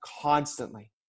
constantly